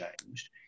changed